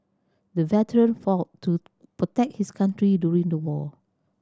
the veteran fought to protect his country during the war